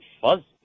Fuzzy